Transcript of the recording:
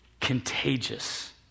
contagious